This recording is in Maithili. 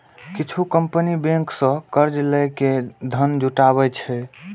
किछु कंपनी बैंक सं कर्ज लए के धन जुटाबै छै